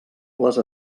les